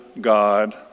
God